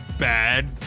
Bad